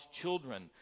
children